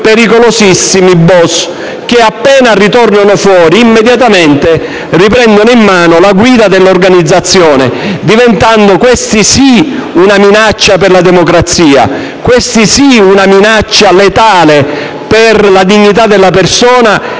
pericolosissimi *boss* che, appena ritornano fuori, immediatamente riprendono in mano la guida dell'organizzazione, diventando - questi sì - una minaccia per la democrazia, questi sì una minaccia letale per la dignità della persona